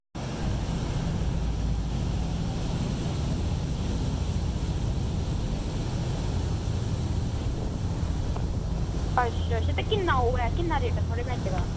अच्छा किन्ना ओह् ऐ थुआढ़े बैटे दा